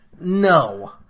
no